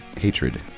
Hatred